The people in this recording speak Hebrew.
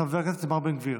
חבר הכנסת איתמר בן גביר.